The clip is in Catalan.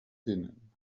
tinent